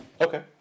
Okay